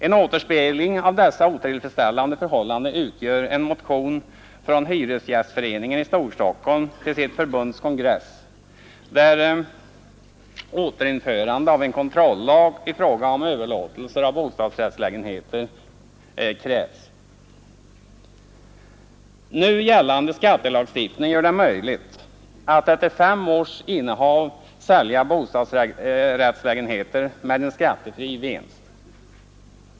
En återspegling av dessa otillfredsställande förhållanden utgör en motion från Hyresgästföreningen i Storstockholm till dess förbunds kongress där återinförande av en kontrollag i fråga om överlåtelser av bostadsrättslägenheter krävs. Nu gällande skattelagstiftning gör det möjligt att efter fem års innehav sälja bostadsrättslägenhet med en skattefri vinst.